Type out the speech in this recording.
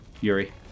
Yuri